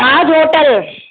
Taj hotel